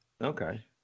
okay